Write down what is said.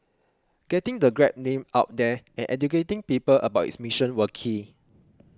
getting the Grab name out there and educating people about its mission were key